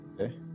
Okay